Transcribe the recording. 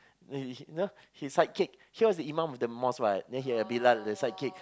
then he you know sidekick he was imam with the mosque what then he a bilal the sidekick